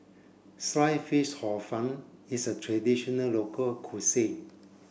sliced fish hor fun is a traditional local cuisine